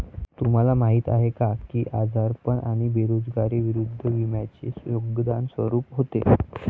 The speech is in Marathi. तुम्हाला माहीत आहे का की आजारपण आणि बेरोजगारी विरुद्ध विम्याचे योगदान स्वरूप होते?